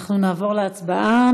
אנחנו נעבור להצבעה.